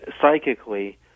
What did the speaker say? psychically